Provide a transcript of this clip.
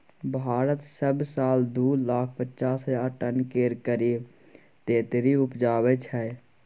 भारत सब साल दु लाख पचास हजार टन केर करीब तेतरि उपजाबै छै